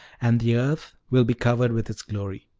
and the earth will be covered with its glory.